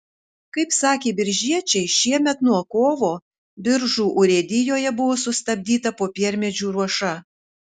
kaip sakė biržiečiai šiemet nuo kovo biržų urėdijoje buvo sustabdyta popiermedžių ruoša